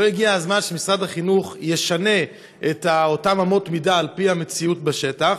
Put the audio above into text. לא הגיע הזמן שמשרד החינוך ישנה את אותן אמות המידה על פי המציאות בשטח?